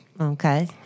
Okay